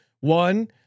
One